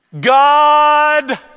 God